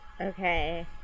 Okay